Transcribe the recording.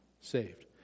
Saved